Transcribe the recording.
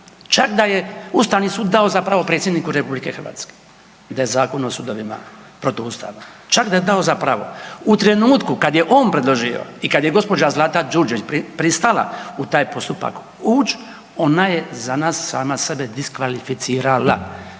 Čak da je Ustavni sud dao za pravo predsjedniku RH i da je Zakon o sudovima protuustavan. Čak da je dao za pravo. U trenutku, kad je on predložio i kad je gđa. Zlata Đurđević pristala u taj postupak ući, ona je za nas sama sebe diskvalificirala.